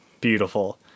Beautiful